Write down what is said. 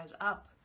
up